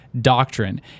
doctrine